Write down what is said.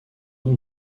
nom